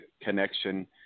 connection